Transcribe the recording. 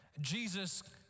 Jesus